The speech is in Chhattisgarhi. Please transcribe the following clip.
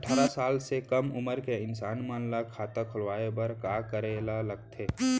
अट्ठारह साल से कम उमर के इंसान मन ला खाता खोले बर का करे ला लगथे?